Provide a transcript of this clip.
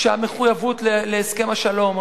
שהמחויבות להסכם השלום,